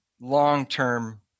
long-term